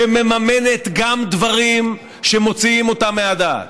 שמממנת גם דברים שמוציאים אותה מהדעת,